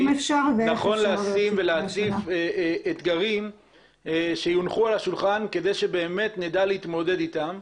נכון להציף אתגרים שיונחו על השולחן כדי שבאמת נדע להתמודד אתם.